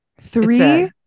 Three